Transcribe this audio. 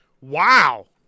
Wow